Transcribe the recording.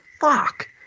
Fuck